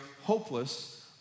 hopeless